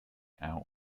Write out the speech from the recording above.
out